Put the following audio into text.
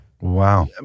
Wow